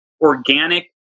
organic